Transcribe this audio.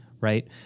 right